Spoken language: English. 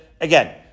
again